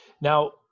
now